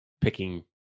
picking